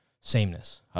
sameness